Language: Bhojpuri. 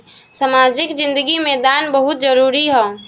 सामाजिक जिंदगी में दान बहुत जरूरी ह